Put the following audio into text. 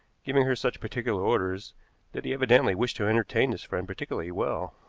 giving her such particular orders that he evidently wished to entertain this friend particularly well.